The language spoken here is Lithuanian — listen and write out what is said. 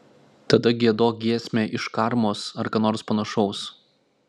tada giedok giesmę iš karmos ar ką nors panašaus